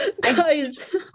Guys